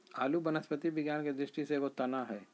आलू वनस्पति विज्ञान के दृष्टि से एगो तना हइ